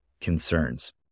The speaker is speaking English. concerns